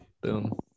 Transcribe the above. boom